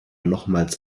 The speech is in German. nochmals